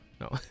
No